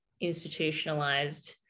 institutionalized